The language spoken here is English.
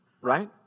right